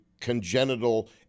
congenital